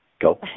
Go